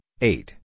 eight